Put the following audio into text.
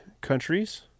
Countries